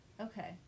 Okay